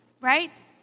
right